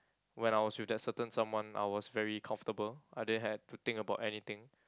when I was with that certain someone I was very comfortable I didn't had to think about anything